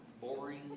Boring